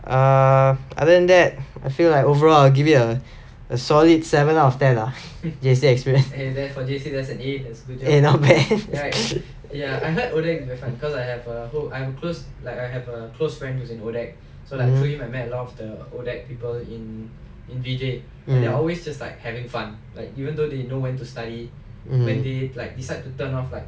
uh other than that I feel like overall I'll give it a a solid seven out of ten lah J_C experience eh not bad mm mmhmm